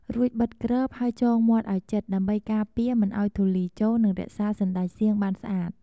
រួចបិទគ្រប ហើយចងមាត់ឱ្យជិត ដើម្បីការពារមិនឱ្យធូលីចូល និងរក្សារសណ្តែកសៀងបានស្អាត។